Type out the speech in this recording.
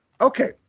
Okay